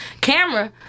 camera